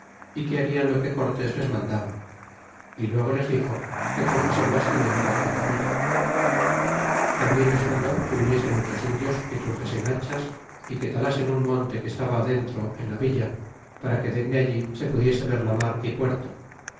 y que harian lo que cortes les mandaba y luego les dixo que truxesen bastimento á aquella villa y tambien les mandó que viniesen muchos indios y truxesen hachas y que talasen un monte que estaba dentro en a villa para que dende allí se pudiese ver la mar y puerto